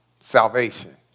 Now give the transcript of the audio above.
salvation